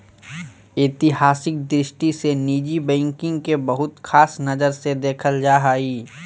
ऐतिहासिक दृष्टि से निजी बैंकिंग के बहुत ख़ास नजर से देखल जा हइ